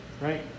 Right